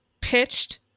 pitched